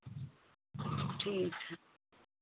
ठीक है